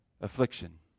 affliction